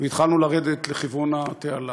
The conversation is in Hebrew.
והתחלנו לרדת לכיוון התעלה.